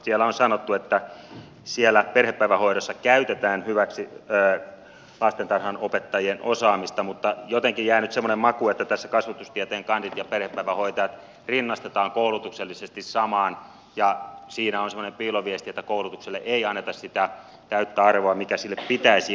siellä on sanottu että siellä perhepäivähoidossa käytetään hyväksi lastentarhanopettajien osaamista mutta jotenkin jää nyt semmoinen maku että tässä kasvatustieteen kandit ja perhepäivähoitajat rinnastetaan koulutuksellisesti samaan ja siinä on semmoinen piiloviesti että koulutukselle ei anneta sitä täyttä arvoa mikä sille pitäisi antaa